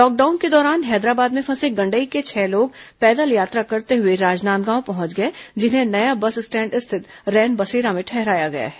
lockdown के दौरान हैदराबाद में फंसे गंडई के छह लोग पैदल यात्रा करते हए राजनांदगांव पहंच गए जिन्हें नया बस स्टैंड स्थित रैनबसेरा में ठहराया गया है